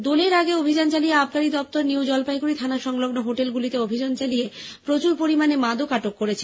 দোলের আগে অভিযান চালিয়ে আবগারী দপ্তর নিউ জলপাইগুড়ি থানা সংলগ্ন হোটেলগুলিতে অভিযান চালিয়ে প্রচুর পরিমানে মাদক আটক করেছে